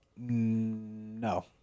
no